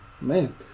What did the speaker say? Man